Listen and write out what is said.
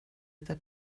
other